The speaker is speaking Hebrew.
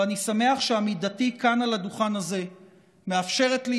ואני שמח שעמידתי כאן על הדוכן הזה מאפשרת לי